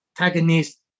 antagonist